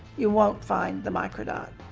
you won't find the microdot.